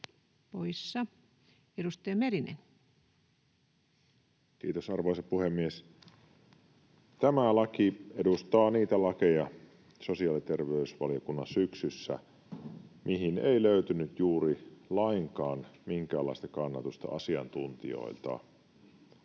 Edustaja Merinen. Kiitos, arvoisa puhemies! Tämä laki edustaa niitä lakeja sosiaali‑ ja terveysvaliokunnan syksyssä, mihin ei löytynyt juuri lainkaan minkäänlaista kannatusta asiantuntijoilta.